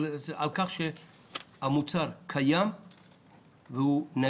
על כך שהמוצר קיים ונגיש.